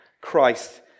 Christ